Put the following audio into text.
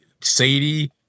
Sadie